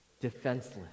defenseless